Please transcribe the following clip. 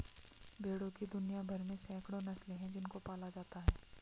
भेड़ों की दुनिया भर में सैकड़ों नस्लें हैं जिनको पाला जाता है